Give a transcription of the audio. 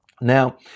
now